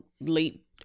late